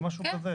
אחרים